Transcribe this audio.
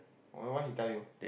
I don't know what he tell you